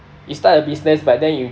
you start a business but then you